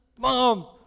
Mom